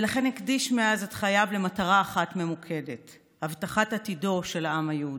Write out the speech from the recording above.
ולכן הקדיש מאז את חייו למטרה אחת ממוקדת: הבטחת עתידו של העם היהודי.